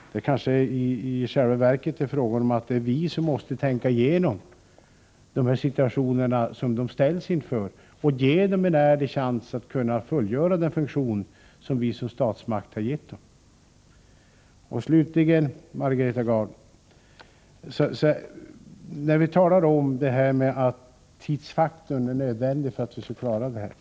Det kanske i själva verket är vi som måste tänka igenom de situationer som de ställs inför och ge dem en ärlig chans att fullgöra den funktion som vi som statsmakt har gett dem. Slutligen, Margareta Gard, talar vi om att tidsfaktorn är nödvändig för att vi skall kunna klara denna fråga.